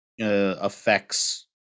affects